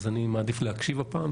אני מעדיף להקשיב הפעם,